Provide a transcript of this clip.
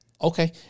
Okay